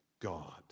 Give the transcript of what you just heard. God